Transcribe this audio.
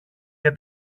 για